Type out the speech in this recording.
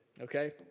Okay